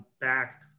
back